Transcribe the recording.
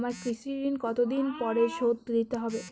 আমার কৃষিঋণ কতদিন পরে শোধ দিতে হবে?